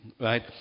right